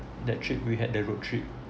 that trip we had the road trip